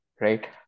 right